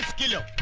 killer.